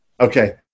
Okay